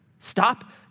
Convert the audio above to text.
Stop